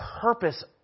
purpose